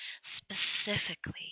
specifically